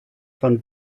von